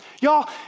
Y'all